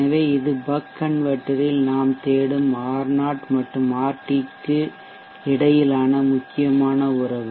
எனவே இது பக் கன்வெர்ட்டரில் நாம் தேடும் R0 மற்றும் RT க்கு இடையிலான முக்கியமான உறவு